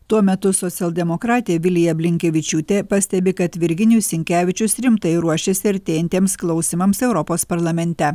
tuo metu socialdemokratė vilija blinkevičiūtė pastebi kad virginijus sinkevičius rimtai ruošiasi artėjantiems klausymams europos parlamente